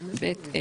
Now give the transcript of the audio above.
הצבעה בעד,